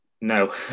No